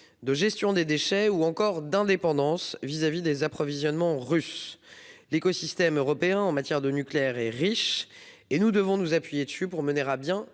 de gestion des déchets ou encore d'indépendance vis-à-vis des approvisionnements russes. L'écosystème européen en matière de nucléaire est riche. Nous devons nous appuyer dessus pour mener à bien